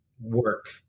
work